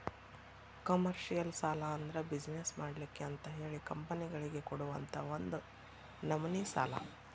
commercial ಸಾಲಾ ಅಂದ್ರ business ಮಾಡ್ಲಿಕ್ಕೆ ಅಂತಹೇಳಿ ಕಂಪನಿಗಳಿಗೆ ಕೊಡುವಂತಾ ಒಂದ ನಮ್ನಿ ಸಾಲಾ